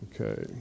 Okay